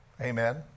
Amen